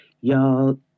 y'all